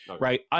right